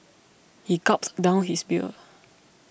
he gulped down his beer